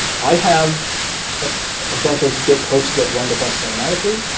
i have a ah bunch of git hooks that run the tests automatically,